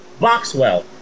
Boxwell